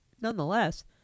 nonetheless